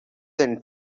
then